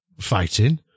fighting